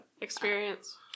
Experience